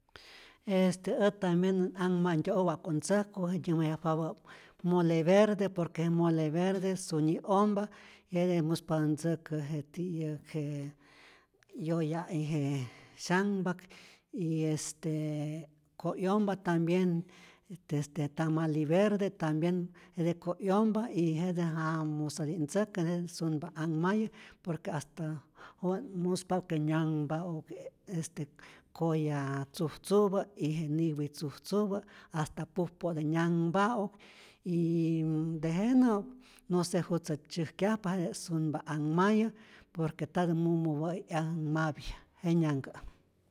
Este ät tambien nä't anhmantyo' wa'ku't ntzäjku je nyäjmayajpapä mole verde, por que je mole verde sunyi ompa, jete muspatä ntzäkä je ti'yäk je yoya'i je syanhpa'k, y estee koj 'yompa tambien este tamali verde, tambien jete koj 'yompa y jete ja musäti't ntzäkä, jete sunpa't anhmayä por que hasta juwä't muspa que nyanhpau'k este koya tzujtzupä y je niwi tzujtzupä, hasta puj po'te nyanhpa'uk yyy tejenä no se jutzä tzyäjkyajpa, jete't sunpa anhmayä por que ntatä mumupä'i 'yanmapya, jenyanhkä'.